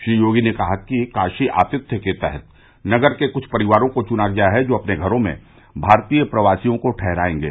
श्री योगी ने कहा कि काशी आतिथ्य के तहत नगर के कुछ परिवारों को चुना गया है जो अपने घरों में भारतीय प्रवासियों को ठहरायेंगे